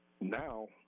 now –